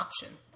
option